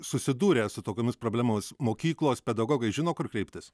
susidūrę su tokiomis problemomis mokyklos pedagogai žino kur kreiptis